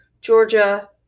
Georgia